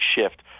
shift